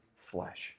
flesh